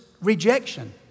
rejection